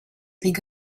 think